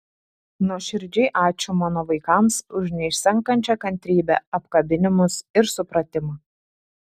nuoširdžiai ačiū mano vaikams už neišsenkančią kantrybę apkabinimus ir supratimą